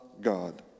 God